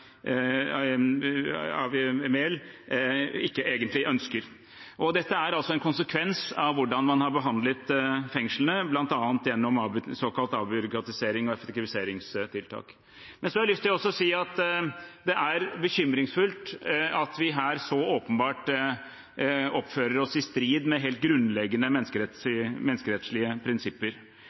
Mehl – ikke egentlig ønsker. Dette er altså en konsekvens av hvordan man har behandlet fengslene, bl.a. gjennom såkalte avbyråkratiserings- og effektiviseringstiltak. Det er bekymringsfullt at vi her så åpenbart oppfører oss i strid med helt grunnleggende menneskerettslige prinsipper.